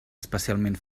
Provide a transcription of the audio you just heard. especialment